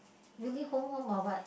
really home home or what